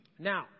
Now